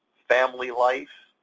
family life,